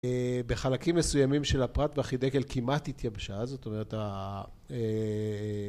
בחלקים מסוימים של הפרת והחידקל כמעט התייבשה זאת אומרת ה..אה..